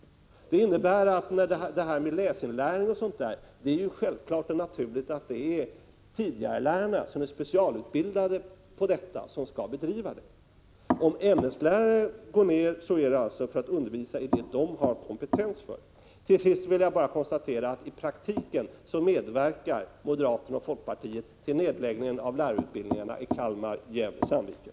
Det innebär att läsinlärningen självklart skall bedrivas av de lärare som är specialutbildade för detta. Om ämneslärarna går ned till fjärde klass är det för att undervisa i de ämnen de har kompetens för. Till sist vill jag bara konstatera att moderaterna och folkpartisterna i praktiken medverkar till nedläggningen av lärarutbildningarna i Kalmar och Gävle-Sandviken.